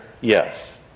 yes